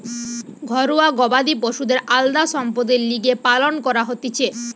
ঘরুয়া গবাদি পশুদের আলদা সম্পদের লিগে পালন করা হতিছে